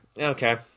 Okay